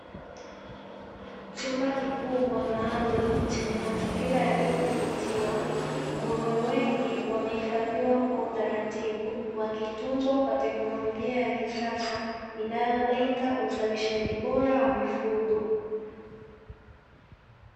Chumba kikubwa maalumu chenye mazingira yaliyodhibitiwa, nguruwe wengi wamehifadhiwa kwa utaratibu wakitunzwa katika teknolojia ya kisasa, inayolenga uzalishaji bora wa mifugo.